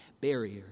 barrier